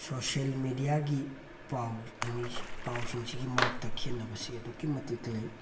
social ꯃꯦꯗꯤꯌꯥꯒꯤ ꯄꯥꯎ ꯄꯥꯎꯁꯤꯡꯁꯤꯒꯤ ꯃꯔꯛꯇ ꯈꯦꯠꯅꯕꯁꯤ ꯑꯗꯨꯛꯀꯤ ꯃꯇꯤꯛ ꯂꯩ